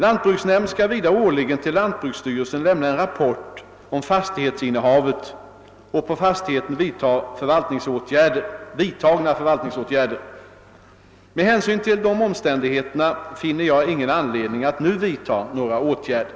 Lantbruksnämnd skall vidare årligen till lantbruksstyrelsen lämna en rapport om fastighetsinnehavet och på fastigheterna vidtagna förvaltningsåtgärder. Med hänsyn till dessa omständigheter finner jag ingen anledning att nu vidtaga några åtgärder.